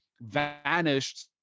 vanished